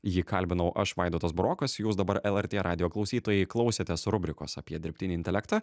jį kalbinau aš vaidotas burokas jūs dabar lrt radijo klausytojai klausėtės rubrikos apie dirbtinį intelektą